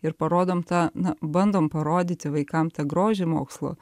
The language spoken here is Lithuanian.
ir parodom tą na bandom parodyti vaikam tą grožį mokslo